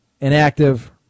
inactive